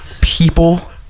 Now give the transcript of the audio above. People